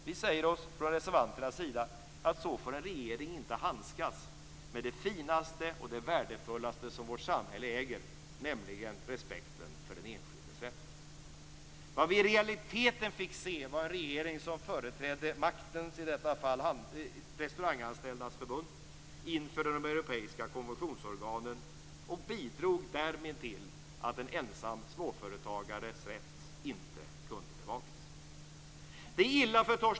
Vi säger från reservanternas sida att så får en regering inte handskas med det finaste och värdefullaste som vårt samhälle äger, nämligen respekten för den enskildes rätt. Vad vi i realiteten fick se var en regering som företrädde makten, i detta fall Restauranganställdas Förbund, inför de europeiska konventionsorganen och därmed bidrog till att en ensam småföretagares rätt inte kunde bevakas.